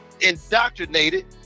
indoctrinated